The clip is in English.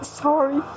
sorry